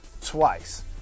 twice